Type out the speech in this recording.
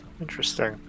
Interesting